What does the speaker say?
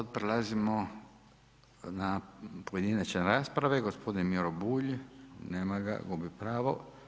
Sad prelazimo na pojedinačne rasprave, gospodin Miro Bulj, nema ga, gubi pravo.